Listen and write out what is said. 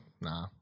Nah